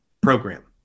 program